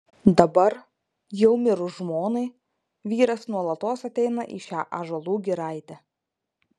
dabar jau mirus žmonai vyras nuolatos ateina į šią ąžuolų giraitę